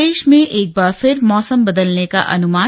प्रदेा में एक बार फिर मौसम बदलने का अनुमान